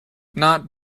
not